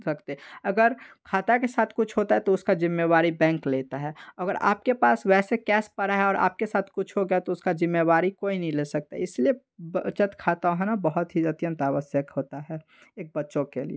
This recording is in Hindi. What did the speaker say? अगर खाता के साथ कुछ होता है तो उसकी जिम्मेदारी बैंक लेता है अगर आपके पास वैसे कैश पड़ा है और आपके साथ कुछ हो गया तो उसका जिम्मेदारी कोई नहीं ले सकता इसलिए बचत खाता होना बहुत ही अत्यंत आवश्यक होता है एक बच्चों के लिए